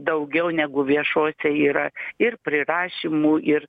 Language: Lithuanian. daugiau negu viešose yra ir prirašymų ir